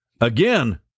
Again